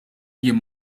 jien